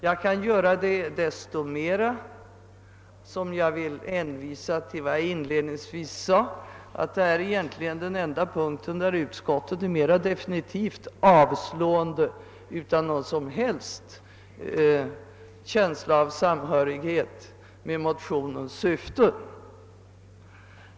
Jag kan göra det desto mera som det egentligen är den enda punkt där utskottet är definitivt avstyrkande och inte har någon känsla av samhörighet med motionens syfte.